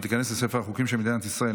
ותיכנס לספר החוקים של מדינת ישראל.